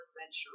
century